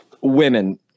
women